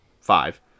five